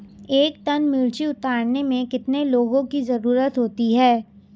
एक टन मिर्ची उतारने में कितने लोगों की ज़रुरत होती है?